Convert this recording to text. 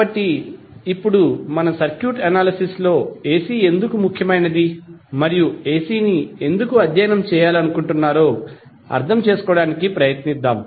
కాబట్టి ఇప్పుడు మన సర్క్యూట్ అనాలిసిస్ లో ఎసి ఎందుకు ముఖ్యమైనది మరియు ఎసి ని ఎందుకు అధ్యయనం చేయాలనుకుంటున్నారో అర్థం చేసుకోవడానికి ప్రయత్నిద్దాం